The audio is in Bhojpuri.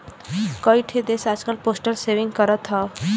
कई ठे देस आजकल पोस्टल सेविंग करत हौ